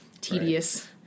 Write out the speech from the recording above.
tedious